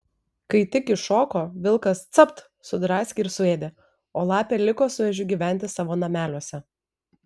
kai tik iššoko vilkas capt sudraskė ir suėdė o lapė liko su ežiu gyventi savo nameliuose